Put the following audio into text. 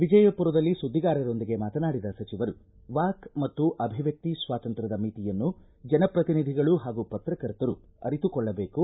ವಿಜಯಪುರದಲ್ಲಿ ಸುದ್ದಿಗಾರರೊಂದಿಗೆ ಮಾತನಾಡಿದ ಸಚಿವರು ವಾಕ್ ಮತ್ತು ಅಭಿವ್ವಕ್ತಿ ಸ್ವಾತಂತ್ರ್ಯದ ಮಿತಿಯನ್ನು ಜನಪ್ರತಿನಿಧಿಗಳು ಹಾಗೂ ಪತ್ರಕರ್ತರೂ ಅರಿತುಕೊಳ್ಳಬೇಕು